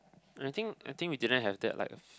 I think I think we didn't have that like